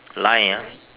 line ah